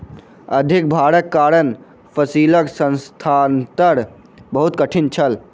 अधिक भारक कारण फसिलक स्थानांतरण बहुत कठिन छल